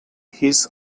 his